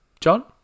John